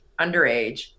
underage